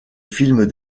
films